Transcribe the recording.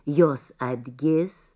jos atgis